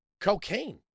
Cocaine